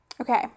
Okay